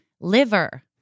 liver